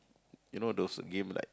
you know those game like